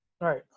right